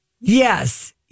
Yes